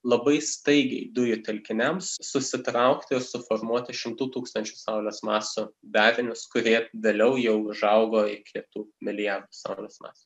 labai staigiai dujų telkiniams susitraukti ir suformuoti šimtų tūkstančių saulės masių darinius kurie vėliau jau užaugo iki tų milijardų saulės masių